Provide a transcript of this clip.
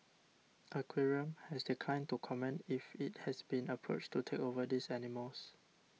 aquarium has declined to comment if it has been approached to take over these animals